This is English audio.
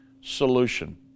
solution